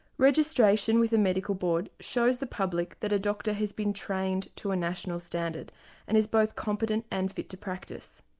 registration with a medical board shows the public that a doctor has been trained to a national standard and is both competent and fit to practice.